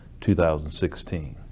2016